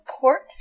port